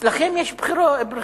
אצלכם יש בריכות.